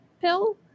pill